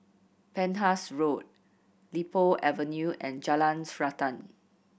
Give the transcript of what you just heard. Penhas Road Li Po Avenue and Jalan Srantan